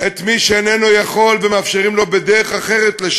את מי שאיננו יכול ומאפשרים לו לשרת בדרך אחרת.